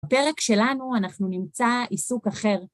בפרק שלנו אנחנו נמצא עיסוק אחר.